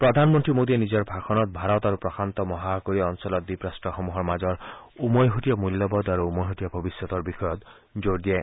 প্ৰধান মন্ত্ৰী মোডীয়ে নিজৰ ভাষণত ভাৰত আৰু প্ৰশান্ত মহাসাগৰীয় অঞ্চলৰ দ্বীপৰাট্টসমূহৰ মাজৰ উমৈহতীয়া মূল্যবোধ আৰু উমৈহতীয়া ভৱিষ্যতৰ বিষয়ত জোৰ দিয়ে